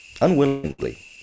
unwillingly